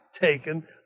taken